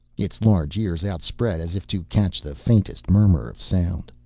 its large ears outspread as if to catch the faintest murmur of sound.